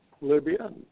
Libya